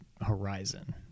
Horizon